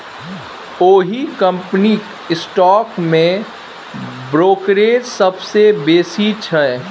ओहि कंपनीक stock brokerage सबसँ बेसी छै